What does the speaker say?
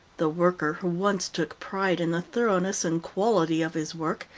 the worker who once took pride in the thoroughness and quality of his work,